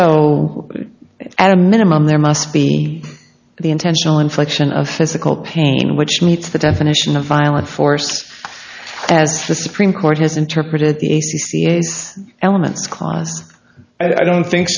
so at a minimum there must be the intentional infliction of physical pain which meets the definition of violent force as the supreme court has interpreted the elements i don't think